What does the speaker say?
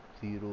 zero